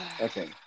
Okay